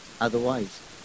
Otherwise